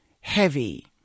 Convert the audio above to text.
heavy